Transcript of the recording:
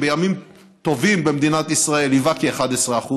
שבימים טובים במדינת ישראל היווה כ-11%,